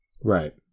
Right